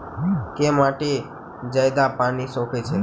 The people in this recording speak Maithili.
केँ माटि जियादा पानि सोखय छै?